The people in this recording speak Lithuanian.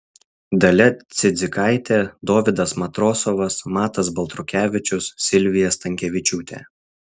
dalia cidzikaitė dovydas matrosovas matas baltrukevičius silvija stankevičiūtė